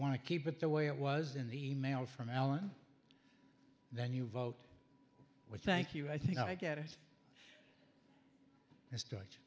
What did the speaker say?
want to keep it the way it was in the email from allan then you vote with thank you i think i get it and start